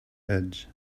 edge